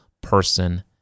person